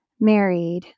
married